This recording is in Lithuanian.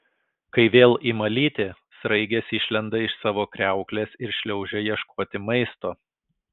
kai vėl ima lyti sraigės išlenda iš savo kriauklės ir šliaužia ieškoti maisto